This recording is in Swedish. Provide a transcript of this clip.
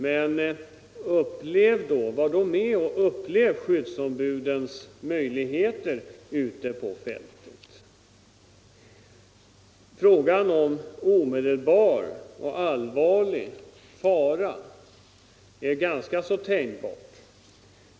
Men var då med och upplev skyddsombudens möjligheter ute på fältet. Begreppet omedelbar och allvarlig fara är ganska tänjbart.